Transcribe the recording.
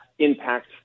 impact